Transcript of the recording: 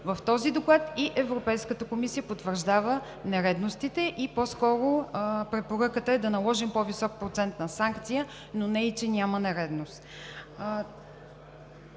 В този доклад и Европейската комисия потвърждава нередностите. По-скоро препоръката е да наложим по-висок процент на санкция, но не и че няма нередност.